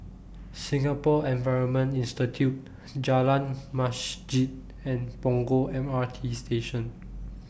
Singapore Environment Institute Jalan Masjid and Punggol M R T Station